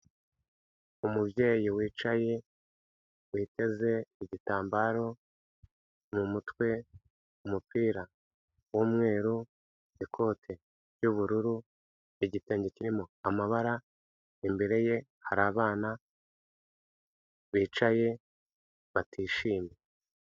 Umubyeyi wicaye, witeze igitambaro mumutwe, umupira w'umweru, ikote ry'ubururu, igitenge kirimo amabara, imbere ye hari abana bicaye batishimye.